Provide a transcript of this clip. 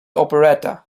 operetta